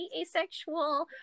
asexual